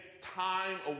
time